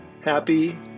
happy